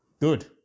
Good